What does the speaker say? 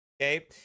Okay